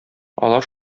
алар